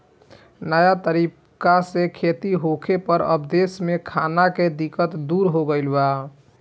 नया तरीका से खेती होखे पर अब देश में खाना के दिक्कत दूर हो गईल बा